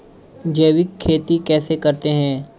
जैविक खेती कैसे करते हैं?